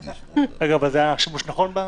רגע, אבל זה היה שימוש נכון?